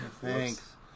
Thanks